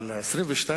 אבל 22,